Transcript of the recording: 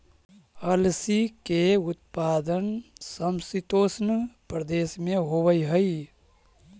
अलसी के उत्पादन समशीतोष्ण प्रदेश में होवऽ हई